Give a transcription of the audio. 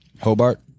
Hobart